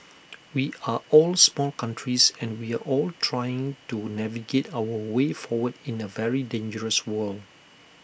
we are all small countries and we are all trying to navigate our way forward in A very dangerous world